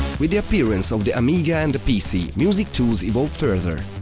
with the appearance of the amiga and the pc, music tools evolved further.